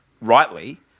rightly